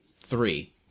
three